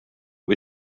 või